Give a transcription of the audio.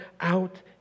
out